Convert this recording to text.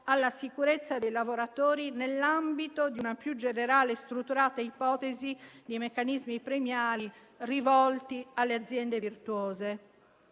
alla sicurezza dei lavoratori, nell'ambito di una più generale e strutturata ipotesi di meccanismi premiali rivolti alle aziende virtuose.